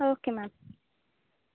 okay ma'am